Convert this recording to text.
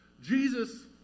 Jesus